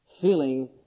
Feeling